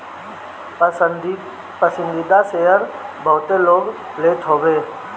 पसंदीदा शेयर बहुते लोग लेत हवे